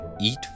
Eat